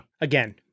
Again